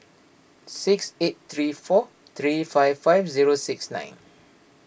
six eight three four three five five zero six nine